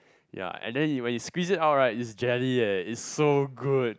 ya and then when you squeeze it out right is jelly eh is so good